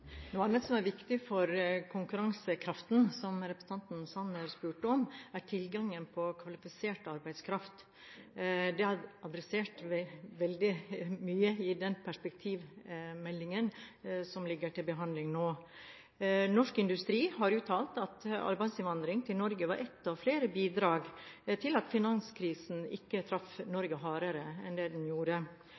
konkurransekraften, som representanten Sanner spurte om, er tilgangen på kvalifisert arbeidskraft. Det er adressert mye i perspektivmeldingen, som ligger til behandling nå. Norsk Industri har uttalt at arbeidsinnvandring til Norge var ett av flere bidrag til at finanskrisen ikke traff Norge hardere enn det den gjorde.